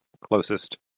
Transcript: closest